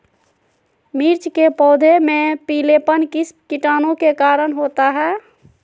मिर्च के पौधे में पिलेपन किस कीटाणु के कारण होता है?